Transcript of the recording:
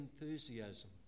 enthusiasm